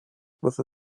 with